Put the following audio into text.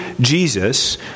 Jesus